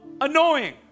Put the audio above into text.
annoying